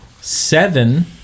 seven